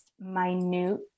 minute